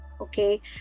okay